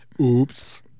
Oops